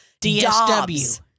DSW